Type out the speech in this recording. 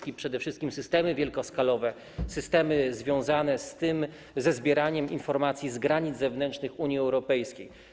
Chodzi przede wszystkim o systemy wielkoskalowe, systemy związane ze zbieraniem informacji z granic zewnętrznych Unii Europejskiej.